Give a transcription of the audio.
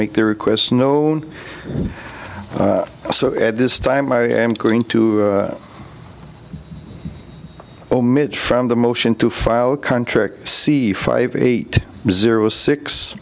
make their requests known so at this time i am going to omit from the motion to file contract c five eight zero six